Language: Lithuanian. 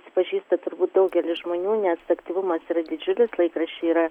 susipažįsta turbūt daugelis žmonių nes aktyvumas yra didžiulis laikraščiai yra